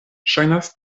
ŝajnas